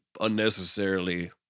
unnecessarily